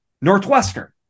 Northwestern